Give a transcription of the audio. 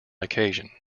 occasion